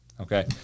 okay